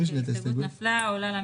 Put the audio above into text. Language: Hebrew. ההסתייגות נפלה, עולה למליאה.